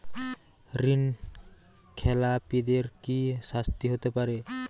ঋণ খেলাপিদের কি শাস্তি হতে পারে?